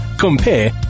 Compare